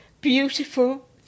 beautiful